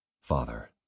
Father